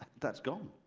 that's gone.